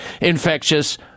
infectious